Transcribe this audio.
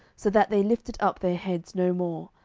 so that they lifted up their heads no more.